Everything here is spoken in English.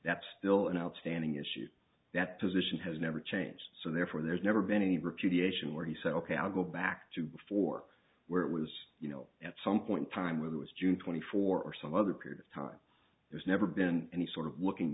that's still an outstanding issue that position has never changed so therefore there's never been any repudiation where he said ok i'll go back to before where it was you know at some point time with was june twenty four or some other period of time there's never been any sort of looking